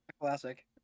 Classic